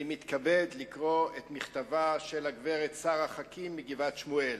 אני מתכבד לקרוא את מכתבה של הגברת שרה חכים מגבעת-שמואל.